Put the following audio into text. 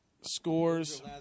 Scores